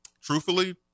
Truthfully